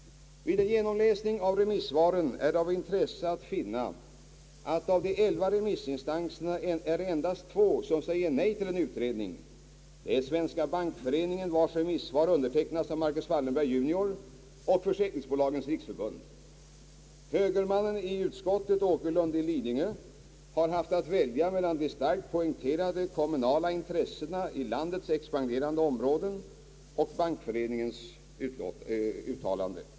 Vid en genomläsning av remissvaren är det av intresse att finna att det av de elva remissinstanserna är endast två, som säger nej till en utredning, nämligen Svenska bankföreningen, vars remissvar undertecknats av Marcus Wallenberg j:r, och Försäkringsbolagens riksförbund. Högerledamoten i utskottet, herr Åkerlund i Lidingö, har haft att välja mellan de starkt poängterade kommunala intressena i de expanderande områdena och Bankföreningens uttalande.